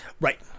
right